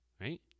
Right